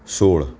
સોળ